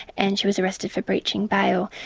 and she was arrested for breaching bail.